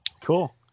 Cool